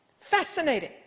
Fascinating